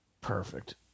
Perfect